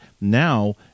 now